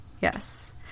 Yes